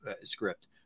script